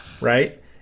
right